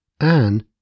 Anne